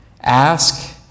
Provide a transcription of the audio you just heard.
ask